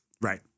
Right